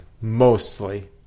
mostly